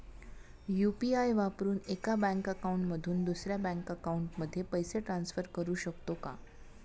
UPI वापरून एका bank account मधून दुसऱ्या बँक अकाउंटमध्ये पैसे ट्रान्सफर करू शकतो का?